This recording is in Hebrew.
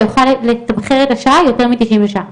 כך שיוכל לתמחר את המחיר לשעה ביותר מתשעים ₪ לשעה.